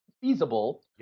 feasible